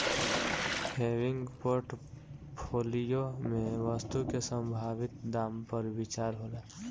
हेविंग portfolio में वस्तु के संभावित दाम पर विचार होला